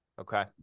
Okay